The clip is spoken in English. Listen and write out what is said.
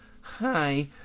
Hi